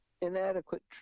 inadequate